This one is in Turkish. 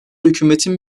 hükümetin